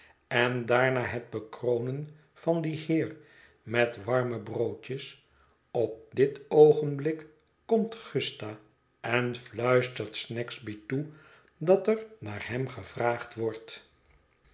en daarna het bekronen van dien heer met warme broodjes op dit oogenblik komt gusta en fluistert snagsby toe dat er naar hem gevraagd wordt